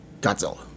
Godzilla